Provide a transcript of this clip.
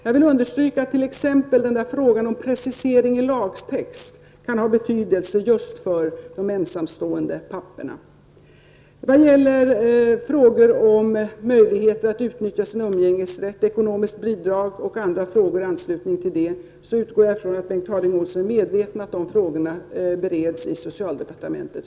Jag vill understryka att t.ex. frågan om precisering i lagtext kan ha betydelse just för de ensamstående papporna. När det gäller frågan om möjligheten att utnyttja umgängesrätten, ekonomiskt bidrag och annat i anslutning till detta utgår jag ifrån att Bengt Harding Olson är medveten om att de frågorna för närvarande bereds i socialdepartementet.